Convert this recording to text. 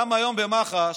גם היום במח"ש,